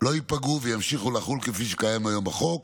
לא ייפגעו וימשיכו לחול כפי שקיים היום בחוק,